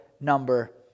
number